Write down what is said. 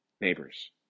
neighbors